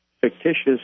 fictitious